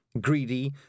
Greedy